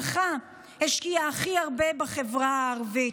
שלך השקיעה הכי הרבה בחברה הערבית,